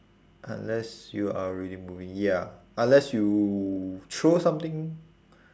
unless you are already moving ya unless you throw something